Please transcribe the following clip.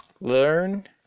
Learn